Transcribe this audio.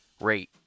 Rate